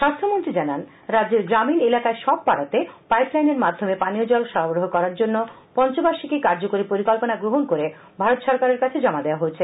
স্বাস্থ্যমন্ত্রী জানান রাজ্যের গ্রামীন এলাকায় সব পাড়াতে পাইপলাইনের মাধ্যমে পানীয় জল সরবরাহ করার জন্য পঞ্চবার্ষিকী কার্যকরী পরিকল্পনা গ্রহন করে ভারত সরকারের নিকট জমা দেওয়া হয়েছে